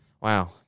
Wow